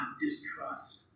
distrust